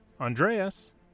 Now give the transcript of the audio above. Andreas